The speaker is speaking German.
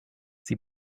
sie